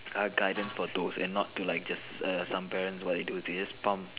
are guidance for those and not to like just err some parents what they do they just palm